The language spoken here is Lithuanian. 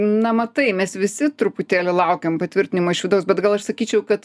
na matai mes visi truputėlį laukiam patvirtinimo iš vidaus bet gal aš sakyčiau kad